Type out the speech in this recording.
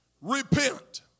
repent